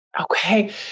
Okay